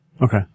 Okay